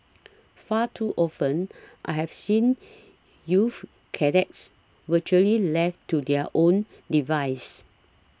far too often I have seen youth cadets virtually left to their own devices